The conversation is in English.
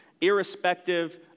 irrespective